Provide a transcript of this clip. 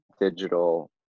digital